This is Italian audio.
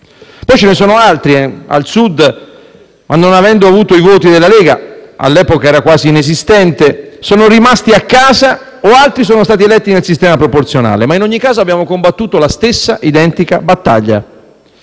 Poi ce ne sono altri al Sud, ma non avendo avuto i voti della Lega, che all'epoca era quasi inesistente, sono rimasti a casa o altri sono stati eletti nel sistema proporzionale. In ogni caso, abbiamo combattuto la stessa identica battaglia